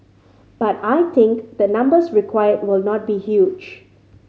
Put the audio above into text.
but I think the numbers required will not be huge